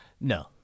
no